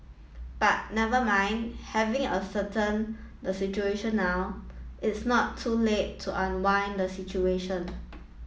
but never mind having ascertain the situation now it's not too late to unwind the situation